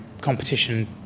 competition